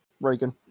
Reagan